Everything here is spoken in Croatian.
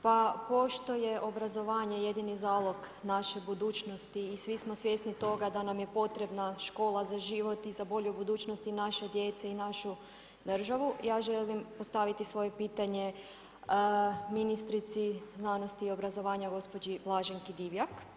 Pa pošto je obrazovanje jedini zalog naše budućnosti i svi smo svjesni toga da nam je potrebna škola za život i za bolju budućnost i naše djece i našu državu, ja želim postaviti svoje pitanje ministrici znanosti i obrazovanja gospođi Blaženki Divjak.